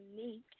unique